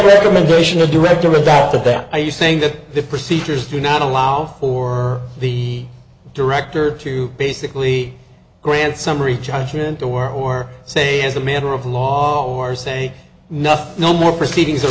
recommendation of director about that are you saying that the procedures do not allow for the director to basically grant summary judgment or or say as a matter of law or say nothing no more proceedings are